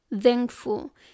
thankful